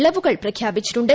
ഇളവുകൾ പ്രഖ്യാപിച്ചിട്ടുണ്ട്